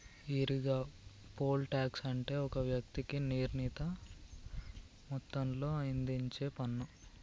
ఈరిగా, poll tax అంటే ఒక వ్యక్తికి నిర్ణీత మొత్తంలో ఇధించేపన్ను